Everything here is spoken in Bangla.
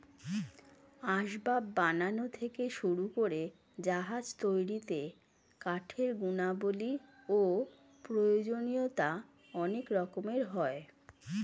আসবাব বানানো থেকে শুরু করে জাহাজ তৈরিতে কাঠের গুণাবলী ও প্রয়োজনীয়তা অনেক রকমের হয়